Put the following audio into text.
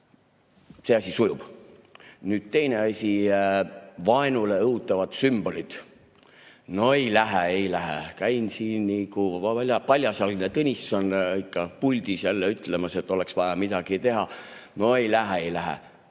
See asi sujub. Nüüd teine asi, vaenule õhutavad sümbolid. No ei lähe, ei lähe. Käin siin puldis nagu paljasjalgne Tõnisson ikka ja jälle ütlemas, et oleks vaja midagi teha. No ei lähe, ei lähe.